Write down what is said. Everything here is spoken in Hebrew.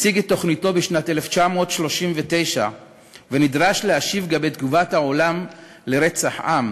הציג את תוכניתו בשנת 1939 ונדרש להשיב לגבי תגובת העולם לרצח עם,